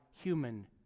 human